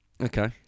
Okay